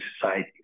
society